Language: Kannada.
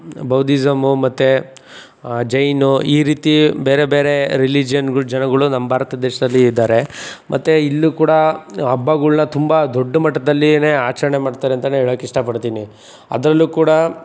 ಬೌದಿಸಮ್ಮು ಮತ್ತು ಜೈನು ಈ ರೀತಿ ಬೇರೆ ಬೇರೆ ರಿಲೀಜಿಯನ್ಗಳ ಜನಗಳು ನಮ್ಮ ಭಾರತ ದೇಶದಲ್ಲಿ ಇದ್ದಾರೆ ಮತ್ತು ಇಲ್ಲೂ ಕೂಡ ಹಬ್ಬಗಳ್ನ ತುಂಬ ದೊಡ್ಡ ಮಟ್ಟದಲ್ಲಿನೇ ಆಚರಣೆ ಮಾಡ್ತಾರೆ ಅಂತಲೇ ಹೇಳಕ್ ಇಷ್ಟಪಡ್ತೀನಿ ಅದರಲ್ಲೂ ಕೂಡ